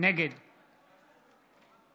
נגד יוראי להב הרצנו, נגד מיקי לוי, נגד אורלי לוי